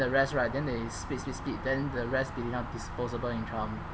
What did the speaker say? the rest right then they split split split then the rest become disposable income